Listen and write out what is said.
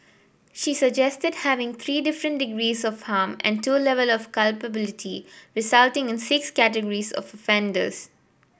she suggested having three different degrees of harm and two level of culpability resulting in six categories of offenders